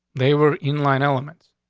they were in line elements.